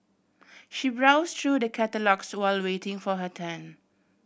she browse through the catalogues while waiting for her turn